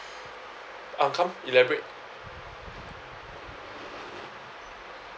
ah come elaborate